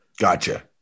Gotcha